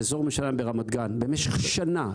באזור --- ברמת גן במשך שנה,